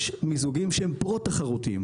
יש מיזוגים שהם פרו תחרותיים.